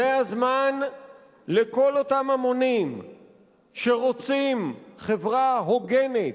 זה הזמן לכל אותם המונים שרוצים חברה הוגנת,